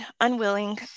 unwilling